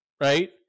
right